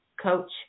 Coach